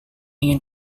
ingin